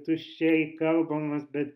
tuščiai kalbamas bet